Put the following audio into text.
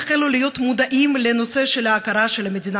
החלו להיות מודעים לנושא של ההכרה במדינה